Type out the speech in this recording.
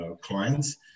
clients